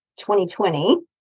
2020